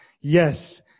yes